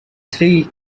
three